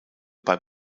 bei